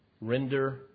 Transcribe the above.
Render